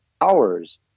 hours